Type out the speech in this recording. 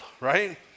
right